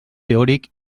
teòric